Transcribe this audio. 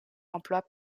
emploi